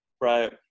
Right